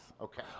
Okay